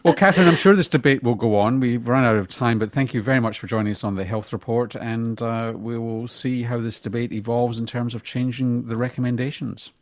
catherine, i'm sure this debate will go on. we've run out of time, but thank you very much for joining us on the health report, and we will see how this debate evolves in terms of changing the recommendations.